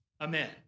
Amen